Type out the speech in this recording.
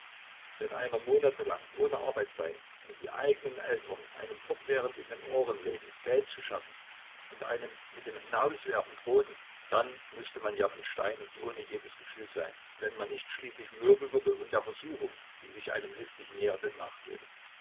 wenn einer monatelang ohne arbeit sei und die eigenen eltern einem fortwährend in den ohren lägen geld zu schaffen und einem mit dem hinauswerfen drohten dann müßte man ja von stein und ohne jedes gefühl sein wenn man nicht schließlich mürbe würde und der versuchung die sich einem listig näherte nachgäbe